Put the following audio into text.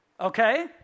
Okay